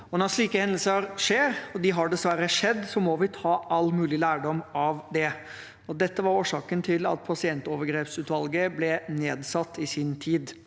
Når slike hendelser skjer – og de har dessverre skjedd – må vi ta all mulig lærdom av det. Dette var årsaken til at pasientovergrepsutvalget i sin tid